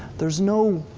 there's no,